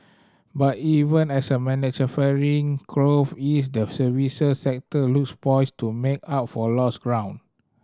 but even as manufacturing growth eased the services sector looks poised to make up for lost ground